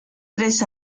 tres